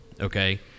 Okay